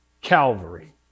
Calvary